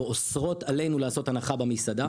ואוסרות עלינו לעשות הנחה במסעדה.